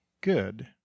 good